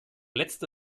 letzte